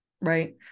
right